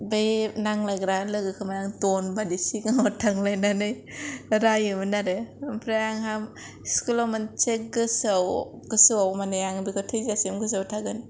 बै नांलायग्रा लोगोखौ आं माने दनबायदि सिगांआव थांलायनानै रायोमोन आरो ओमफ्राय आंहा स्कुलाव मोनसे गोसोआव माने बेखौ आं थैजासिम गोसोआव थागोन